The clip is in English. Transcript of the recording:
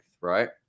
right